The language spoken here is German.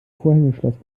vorhängeschloss